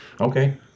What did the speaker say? Okay